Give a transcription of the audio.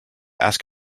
ask